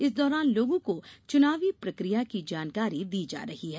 इस दौरान लोगों को चुनाव प्रक्रिया की जानकारी दी जा रही है